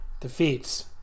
defeats